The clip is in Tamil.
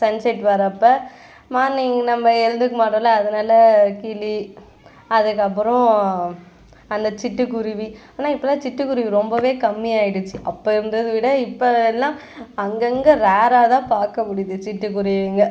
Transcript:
சன் செட் வர்றப்போ மார்னிங் நம்ம எழுந்திருக்க மாட்டோம்லே அதனால் கிளி அதுக்கப்புறம் அந்த சிட்டுக்குருவி ஆனால் இப்பெலாம் சிட்டுக்குருவி ரொம்பவே கம்மியாகிடுச்சி அப்போ இருந்ததை விட இப்போ எல்லாம் அங்கங்கே ரேர்ராகதான் பார்க்க முடியுது சிட்டுக்குருவிங்கள்